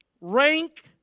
rank